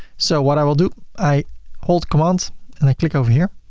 so what i will do. i hold command and i click over here.